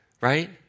right